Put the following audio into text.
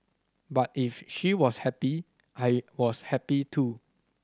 but if she was happy I was happy too